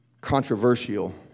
controversial